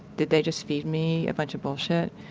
did they just feed me a bunch of bullshit?